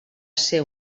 ser